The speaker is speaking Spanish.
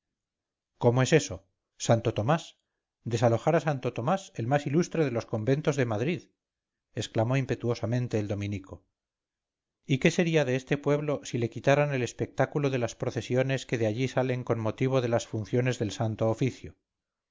cómo es eso santo tomás desalojar a santo tomás el más ilustre de los conventos de madrid exclamó impetuosamente el dominico y qué sería de este pueblo si te quitaran el espectáculo de las procesiones que de allí salen con motivo de las funciones del santo oficio